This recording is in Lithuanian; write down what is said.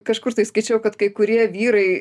kažkur tai skaičiau kad kai kurie vyrai